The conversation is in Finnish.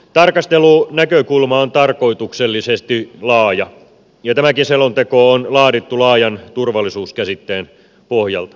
tarkastelunäkökulma on tarkoituksellisesti laaja ja tämäkin selonteko on laadittu laajan turvallisuuskäsitteen pohjalta